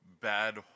bad